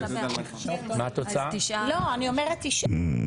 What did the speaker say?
הצבעה אושרה.